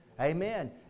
Amen